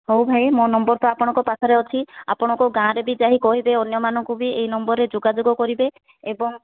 ହଉ ଭାଇ ମୋ ନମ୍ବର ତ ଆପଣଙ୍କ ପାଖରେ ଅଛି ଆପଣଙ୍କ ଗାଁରେ ବି ଯାଇ କହିବେ ଅନ୍ୟମାନଙ୍କୁ ବି ଏଇ ନମ୍ବରରେ ଯୋଗାଯୋଗ କରିବେ ଏବଂ